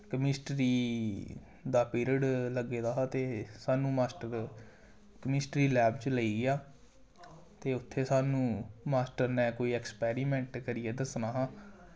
chemistry दा period लग्गे दा हा ते सानूं माश्टर केमिस्ट्री लैब च लेई जा ते उ'त्थें सानूं मास्टर ने कोई एक्सपेरिमेंट करियै दस्सना हा